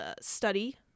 study